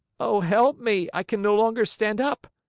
oh help me! i can no longer stand up.